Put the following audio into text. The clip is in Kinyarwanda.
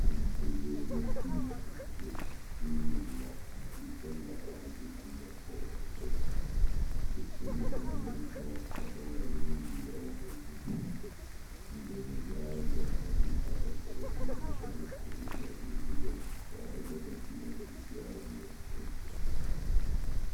Inzu yubakishijwe ibyuma, isize amarangi g'umuhodo. Ndetse mu madirisha hakaba harimo ibirahuri. Imbere yayo hari abagabo bicaye ku binyabiziga bitwaraga abagenzi bya moto.